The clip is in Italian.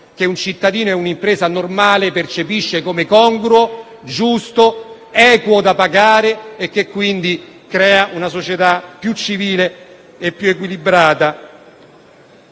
che un cittadino e un'impresa normale percepiscono come congrua, giusta, equa da pagare e che, quindi, crea una società più civile e più equilibrata.